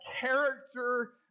character